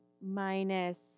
minus